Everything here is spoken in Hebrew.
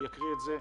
הוא יקריא את זה,